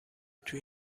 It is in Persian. توی